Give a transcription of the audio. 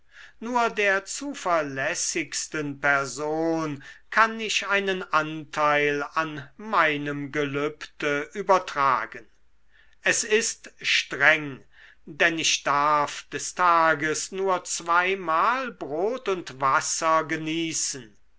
nur der zuverlässigsten person kann ich einen anteil an meinem gelübde übertragen es ist streng denn ich darf des tages nur zweimal brot und wasser genießen